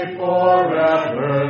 forever